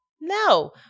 No